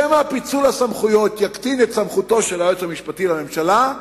שמא פיצול הסמכויות יקטין את סמכותו של היועץ המשפטי לממשלה,